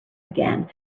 again